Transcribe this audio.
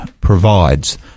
provides